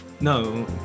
No